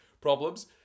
problems